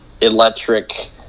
electric